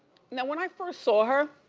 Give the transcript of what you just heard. yeah when i first saw her,